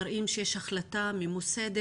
הם מראים שיש החלטה ממוסדת